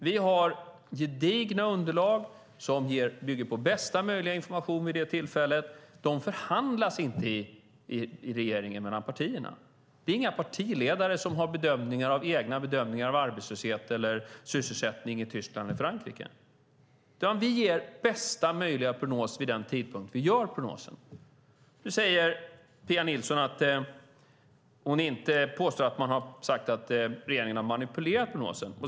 Vi har gedigna underlag som bygger på bästa möjliga information vid det tillfället. De förhandlas inte i regeringen mellan partierna. Det är inga partiledare som har egna bedömningar av arbetslöshet eller sysselsättning i Tyskland eller Frankrike. Vi ger bästa möjliga prognos vid den tidpunkt då vi gör prognosen. Nu säger Pia Nilsson att hon inte påstår att man har sagt att regeringen har manipulerat prognosen.